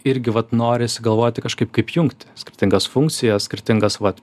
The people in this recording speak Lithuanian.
irgi vat norisi galvoti kažkaip kaip jungti skirtingas funkcijas skirtingas vat